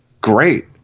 great